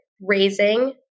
raising